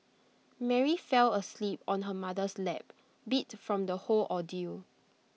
Mary fell asleep on her mother's lap beat from the whole ordeal